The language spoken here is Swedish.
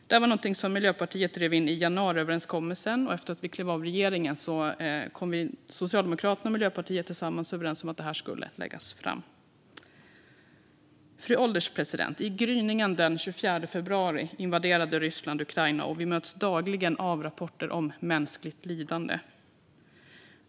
Det här är något som Miljöpartiet fick med i januariöverenskommelsen, och efter att vi klev av regeringen kom Socialdemokraterna och Miljöpartiet överens om att förslaget skulle läggas fram. Fru ålderspresident! I gryningen den 24 februari invaderade Ryssland Ukraina, och vi möts dagligen av rapporter om mänskligt lidande.